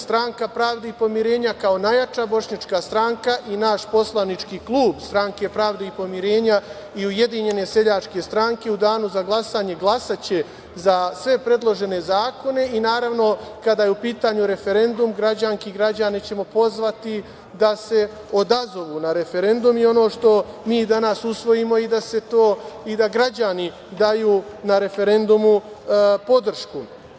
Stranka pravde i pomirenja kao najjača bošnjačka stranka i naš poslanički klub Stranke pravde i pomirenja i Ujedinjene seljačke stranke u danu za glasanje glasaće za sve predložene zakone i, naravno, kada je u pitanju referendum, građanke i građane ćemo pozvati da se odazovu na referendum i ono što mi danas usvojimo i da građani daju na referendumu podršku.